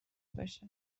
باشه